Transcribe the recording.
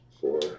Four